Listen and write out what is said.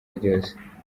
ryose